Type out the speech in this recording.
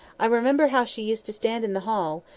i remember how she used to stand in the hall,